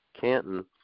canton